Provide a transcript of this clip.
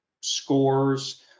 scores